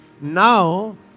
Now